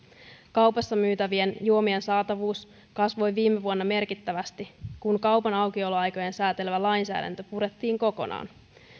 kaupassa myytävien juomien saatavuus kasvoi viime vuonna merkittävästi kun kaupan aukioloaikoja säätelevä lainsäädäntö purettiin kokonaan